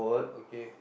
okay